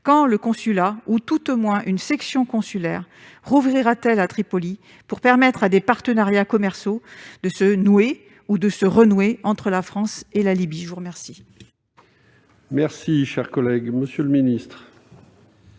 quand le consulat, ou à tout le moins une section consulaire, rouvrira-t-il à Tripoli pour permettre à des partenariats commerciaux de se nouer ou de se renouer entre la France et la Libye ? La parole est à M. le ministre